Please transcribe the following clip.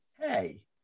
Hey